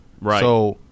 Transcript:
Right